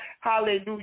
hallelujah